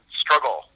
struggle